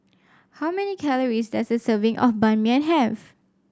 how many calories does a serving of Ban Mian have